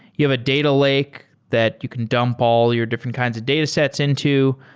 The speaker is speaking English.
you have a data lake that you can dump all your different kinds of datasets into.